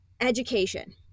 education